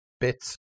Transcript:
bits